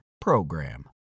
PROGRAM